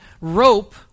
rope